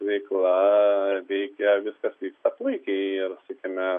veikla veikia viskas vyksta puikiai ir sakykime